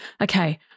okay